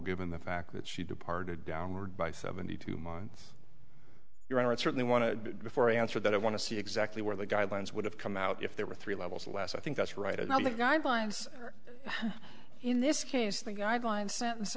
given the fact that she departed downward by seventy two months your honor it certainly want to before i answer that i want to see exactly where the guidelines would have come out if there were three levels last i think that's right another guidelines in this case the guideline sentence